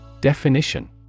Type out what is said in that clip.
Definition